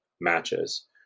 matches